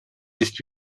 ist